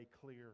clear